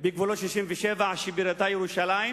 בגבולות 67', שבירתה ירושלים,